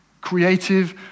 creative